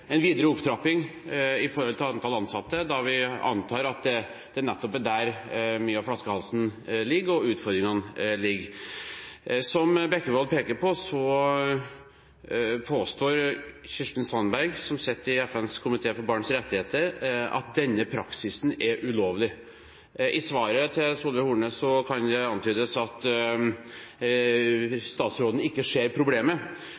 en videre opptrapping når det gjelder antall ansatte, da vi antar at det er nettopp der mye av flaskehalsen ligger og utfordringene ligger. Som Bekkevold peker på, påstår Kirsten Sandberg, som sitter i FNs komité for barns rettigheter, at denne praksisen er ulovlig. Svaret fra Solveig Horne kan tyde på at statsråden ikke ser problemet.